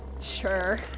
sure